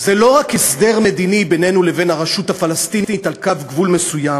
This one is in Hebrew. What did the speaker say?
זה לא רק הסדר מדיני בינינו לבין הרשות הפלסטינית על קו גבול מסוים,